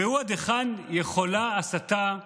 ראו עד היכן יכולה הסתה לדרדר.